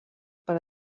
per